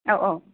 औ औ